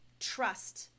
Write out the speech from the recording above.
trust